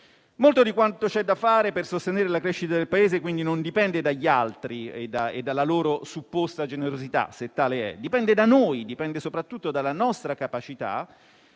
Molto di quanto c'è da fare per sostenere la crescita del Paese, quindi, non dipende dagli altri e dalla loro supposta generosità, se tale è; dipende da noi, dalla nostra capacità